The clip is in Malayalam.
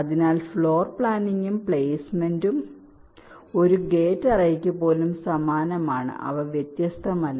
അതിനാൽ ഫ്ലോർ പ്ലാനിംഗും പ്ലേറ്റ്മെന്റും ഒരു ഗേറ്റ് അറേയ്ക്ക് പോലും സമാനമാണ് അവ വ്യത്യസ്തമല്ല